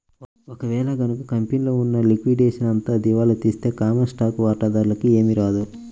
ఒక వేళ గనక కంపెనీలో ఉన్న లిక్విడేషన్ అంతా దివాలా తీస్తే కామన్ స్టాక్ వాటాదారులకి ఏమీ రాదు